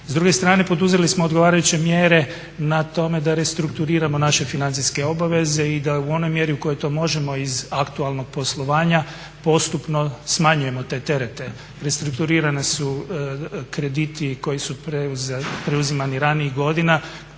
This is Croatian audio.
S druge strane, poduzeli smo odgovarajuće mjere na tome da restrukturiramo naše financijske obaveze i da u onoj mjeri u kojoj to možemo iz aktualnog poslovanja postupno smanjujemo te terete. Restrukturirani su krediti koji su preuzimani ranijih godina